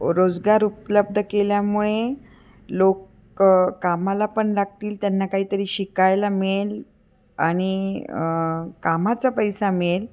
रोजगार उपलब्ध केल्यामुळे लोक कामाला पण लागतील त्यांना काहीतरी शिकायला मिळेल आणि कामाचा पैसा मिळेल